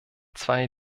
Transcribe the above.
zwei